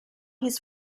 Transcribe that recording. his